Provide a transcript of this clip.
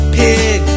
pig